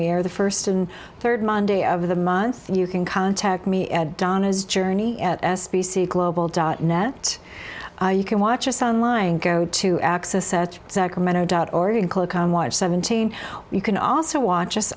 where the first and third monday of the month you can contact me at donna's journey at s b c global dot net you can watch us on line go to access such sacramento dot org and click on watch seventeen you can also watch us